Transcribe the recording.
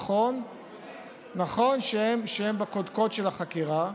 נכון שהם בקודקוד של החקירה,